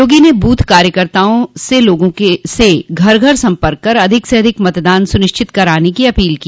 योगी ने बूथ कार्यकर्ताओं से लोगों से घर घर सम्पर्क कर अधिक से अधिक मतदान सुनिश्चित करान की अपील की